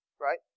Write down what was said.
Right